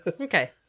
Okay